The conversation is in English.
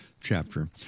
chapter